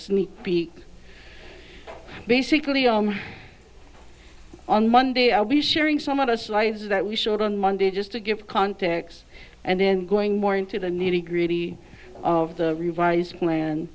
sneak peek basically on on monday i'll be sharing some of the slides that we showed on monday just to give context and then going more into the nitty gritty of the revised plan